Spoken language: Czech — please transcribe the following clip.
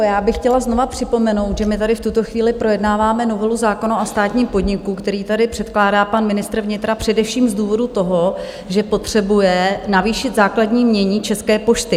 Já bych chtěla znovu připomenout, že my tady v tuto chvíli projednáváme novelu zákona o státním podniku, kterou tady předkládá pan ministr vnitra především z důvodu toho, že potřebuje navýšit základní jmění České pošty.